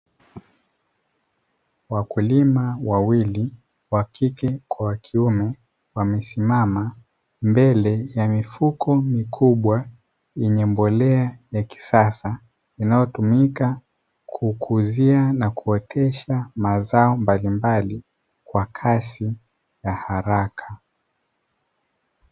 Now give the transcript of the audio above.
Wakulima wawili wakike kwa wakiume wamesimama mbele ya mifuko mikubwa yenye mbolea ya kisasa inayotumika kukuzia na kuotesha mazao mbalimbali kwa kasi na haraka.